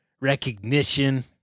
recognition